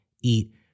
eat